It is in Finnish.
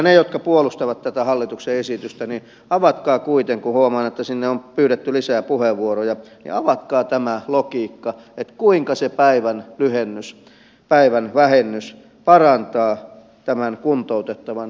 te jotka puolustatte tätä hallituksen esitystä huomaan että on pyydetty lisää puheenvuoroja avatkaa tämä logiikka että kuinka se päivän vähennys parantaa kuntoutettavan työelämävalmiuksia